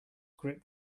grip